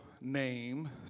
name